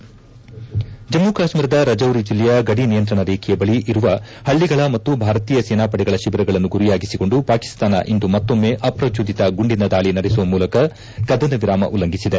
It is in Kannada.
ಜಮ್ನು ಕಾಶ್ನೀರದ ರಜೌರಿ ಜಿಲ್ಲೆಯ ಗಡಿ ನಿಯಂತ್ರಣ ರೇಖೆಯ ಬಳಿ ಇರುವ ಹಳ್ಳಗಳ ಮತ್ನು ಭಾರತೀಯ ಸೇನಾಪಡೆಯ ತಿಬಿರಗಳನ್ನು ಗುರಿಯಾಗಿರಿಸಿಕೊಂಡು ಪಾಕಿಸ್ತಾನ ಇಂದು ಮತ್ತೊಮ್ನೆ ಅಪ್ರಚೋದಿತ ಗುಂಡಿನ ದಾಳ ನಡೆಸುವ ಮೂಲಕ ಕದನ ವಿರಾಮ ಉಲ್ಲಂಘಿಸಿದೆ